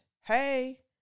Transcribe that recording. Hey